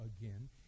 again